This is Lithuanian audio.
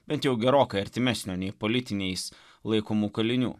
bent jau gerokai artimesnio nei politiniais laikomų kalinių